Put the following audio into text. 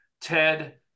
Ted